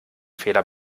fehler